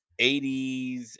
80s